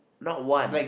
not one